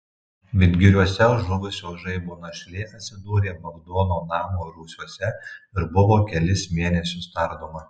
vidgiriuose žuvusio žaibo našlė atsidūrė bagdono namo rūsiuose ir buvo kelis mėnesius tardoma